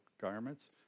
garments